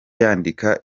yandika